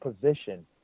position